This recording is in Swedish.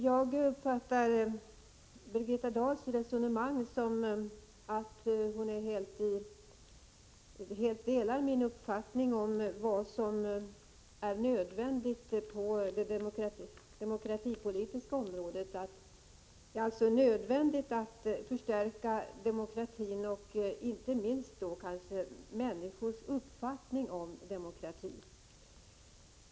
Jag tolkar Birgitta Dahls resonemang så, att hon helt delar min uppfattning om vad som är nödvändigt på demokratins område inom politiken, dvs. att förstärka demokratin och inte minst människors uppfattning om demokratin.